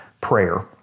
prayer